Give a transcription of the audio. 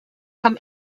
kam